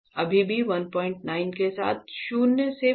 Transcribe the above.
अभी भी 19 के साथ शून्य से 4